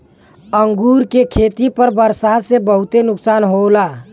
अंगूर के खेती पर बरसात से बहुते नुकसान होला